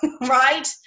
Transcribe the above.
right